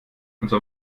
unser